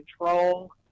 control